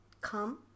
come